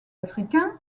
africains